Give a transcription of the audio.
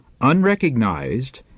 unrecognized